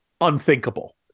unthinkable